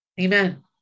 Amen